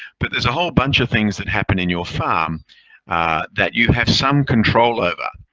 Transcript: but there's a whole bunch of things that happen in your farm that you have some control over.